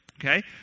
Okay